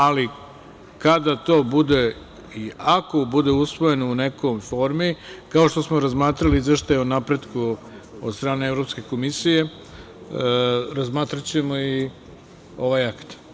Ali, kada to bude i ako bude usvojeno u nekoj formi, kao što smo razmatrali Izveštaj o napretku od strane Evropske komisije, razmatraćemo i ovaj akt.